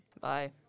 Bye